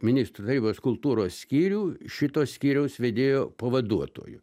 ministrų tarybos kultūros skyrių šito skyriaus vedėjo pavaduotoju